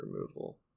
removal